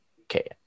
okay